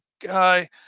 guy